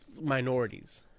minorities